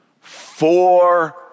four